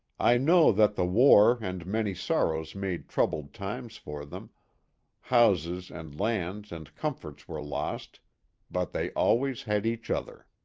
i know that the war and many sor rows made troubled times for them houses and lands and comforts were lost but they always had each other.